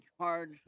charge